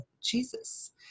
Jesus